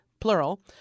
plural